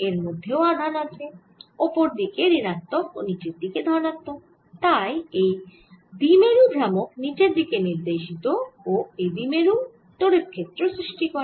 এর মধ্যেও আধান আছে ওপর দিকে ঋণাত্মক ও নিচের দিকে ধনাত্মক তাই এর দ্বিমেরু ভ্রামক নিচের দিকে নির্দেশিত ও এই দ্বিমেরু তড়িৎ ক্ষেত্র সৃষ্টি করে